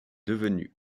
devenu